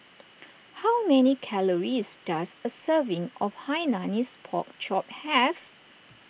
how many calories does a serving of Hainanese Pork Chop have